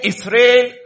Israel